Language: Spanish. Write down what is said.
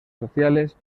sociales